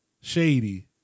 Shady